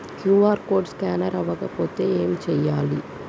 QR code scanner అవ్వకపోతే ఏం చేయాలి?